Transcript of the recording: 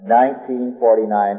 1949